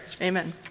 Amen